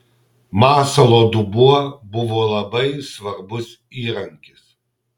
masalo dubuo buvo labai svarbus įrankis